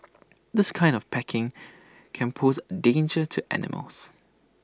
this kind of packaging can pose A danger to animals